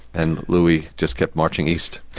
and louis just kept marching east.